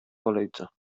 kolejce